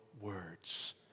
words